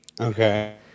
Okay